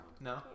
No